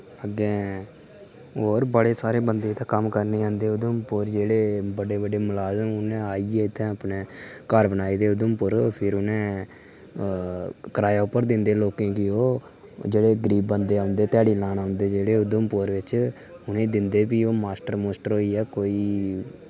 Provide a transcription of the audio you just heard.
ते और बड़े सारे बंदे इत्थैं कम्म करने आंदे उधमपुर और जेह्ड़े बड्डे बड्डे मलाजम न उनें आईये इत्थें अपने घर बनाए दे उधमपुर च फिर अपने कराए उप्पर दिंदे न लोकें गी ओह् जेह्ड़े गरीब बंदे होंदे ध्याड़ी लान औंदे उधमपुर च उनें दिंदे फ्ही ओह् मास्टर मुस्टर होईया कोई